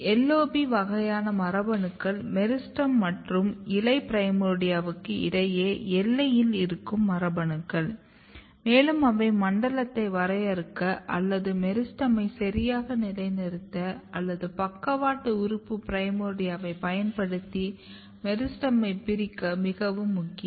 மற்றும் LOB வகையான மரபணுக்கள் மெரிஸ்டெம் மற்றும் இலை பிரைமோர்டியாவுக்கு இடையிலான எல்லையில் இருக்கும் மரபணுக்கள் மேலும் அவை மண்டலத்தை வரையறுக்க அல்லது மெரிஸ்டெமை சரியாக நிலைநிறுத்த அல்லது பக்கவாட்டு உறுப்பு பிரைமோர்டியாவைப் பயன்படுத்தி மெரிஸ்டெமை பிரிக்க மிகவும் முக்கியம்